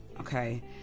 okay